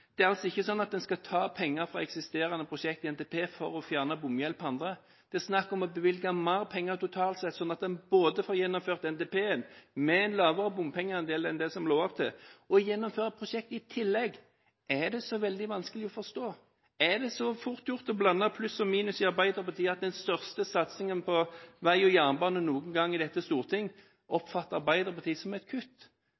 Det er ikke slik at en skal ta penger fra eksisterende prosjekter i NTP for å fjerne bomgjeld på andre; det er snakk om å bevilge mer penger totalt sett, slik at en både får gjennomført NTP-en med en lavere bompengeandel enn det som det lå an til, og får gjennomført prosjekter i tillegg. Er det så veldig vanskelig å forstå? Er det så fort gjort i Arbeiderpartiet å blande pluss og minus at Arbeiderpartiet oppfatter den største satsingen på vei og jernbane noen gang i dette storting